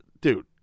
dude